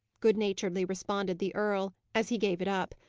good-naturedly responded the earl, as he gave it up.